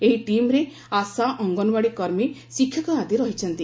ଏହି ଟିମ୍ରେ ଆଶା ଅଙ୍ଗନଓ୍ୱାଡ଼ୀ କର୍ମୀ ଶିକ୍ଷକ ଆଦି ରହିଛନ୍ତି